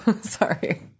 sorry